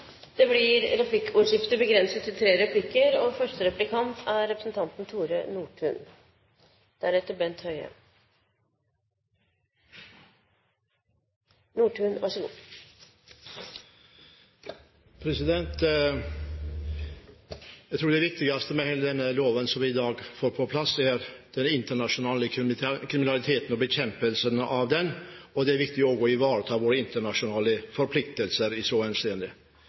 det blir en demontering av personvernet ut fra prinsippet «tar du den, så tar du den». Det blir replikkordskifte. Jeg tror det viktigste med hele denne loven vi i dag får på plass, er bekjempelse av den internasjonale kriminaliteten. Det er viktig å ivareta våre internasjonale forpliktelser i så henseende.